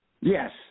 Yes